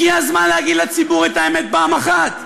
הגיע הזמן להגיד לציבור את האמת פעם אחת: